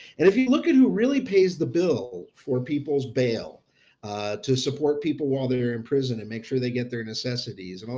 and if you look at who really pays the bill for people's bail to support people while they're in prison and make sure they get their necessities, and